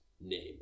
name